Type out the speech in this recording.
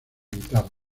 guitarra